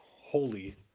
holy